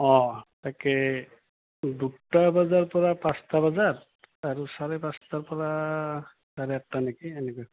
অঁ তাকে দুটা বজাৰপৰা পাঁচটা বজাৰ আৰু চাৰে পাঁচটাৰপৰা চাৰে আঠটা নেকি এনেকুৱা